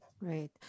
Right